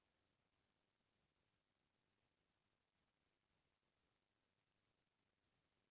बीमा बर न्यूनतम कतका कतका समय मा अऊ कतका पइसा देहे बर लगथे